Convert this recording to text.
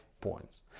points